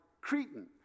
Cretan